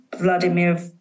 Vladimir